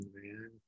man